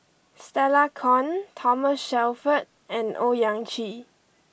Stella Kon Thomas Shelford and Owyang Chi